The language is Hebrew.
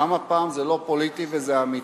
גם הפעם זה לא פוליטי, וזה אמיתי,